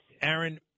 Aaron